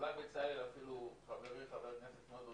אולי אפילו חברי חבר הכנסת בצלאל סמוטריץ',